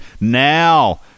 Now